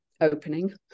opening